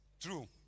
True